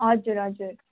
हजुर हजुर